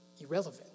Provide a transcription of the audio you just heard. irrelevant